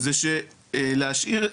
זה להשאיר,